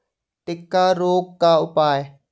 टिक्का रोग का उपाय?